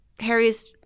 Harry's